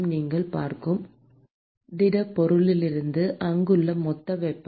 நீங்கள் பார்க்கும் திடப்பொருளில் இருந்து அங்குள்ள மொத்த வெப்பம்